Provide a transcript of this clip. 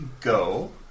go